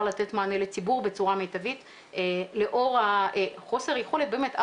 לתת מענה לציבור בצורה מיטבית לאור חוסר היכולת באמת.